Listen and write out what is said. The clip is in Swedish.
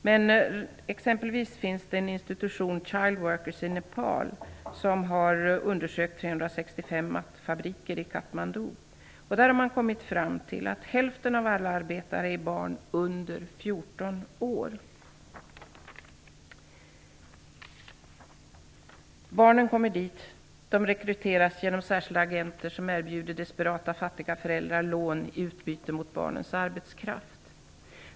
Det finns exempelvis en institution -- Childworkers -- i Nepal, som har undersökt 365 mattfabriker i Katmandu. Man har kommit fram till att hälften av alla arbetare där är barn under 14 år. Barnen kommer dit. De rekryteras genom särskilda agenter som erbjuder desperata fattiga föräldrar lån i utbyte mot barnens arbetskraft.